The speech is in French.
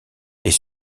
est